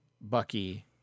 Bucky